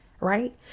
right